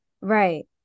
Right